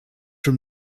from